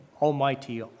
almighty